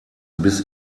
bis